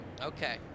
okay